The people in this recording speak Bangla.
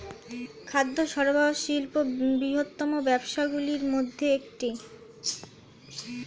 খাদ্য সরবরাহ শিল্প বৃহত্তম ব্যবসাগুলির মধ্যে একটি